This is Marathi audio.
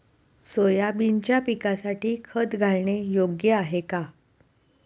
सोयाबीनच्या पिकासाठी खत घालणे योग्य आहे का?